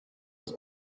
was